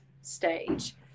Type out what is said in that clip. stage